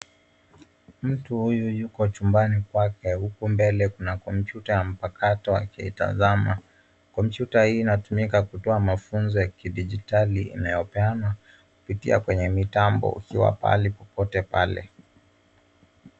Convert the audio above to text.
Mtu huyu yuko chumbani kwake, huku mbele kuna kompyuta ya mpakato akiitazama. Kompyuta hii inatumika kutoa mafunzo ya kidijitali inayopeanwa kupitia kwenye mitambo ukiwa pahali popote pale.